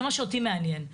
זה מה שאותי מעניין,